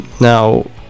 Now